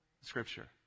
Scripture